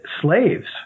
slaves